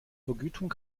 vergütung